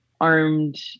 armed